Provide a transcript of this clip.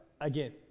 again